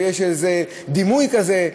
ויש איזה דימוי כזה,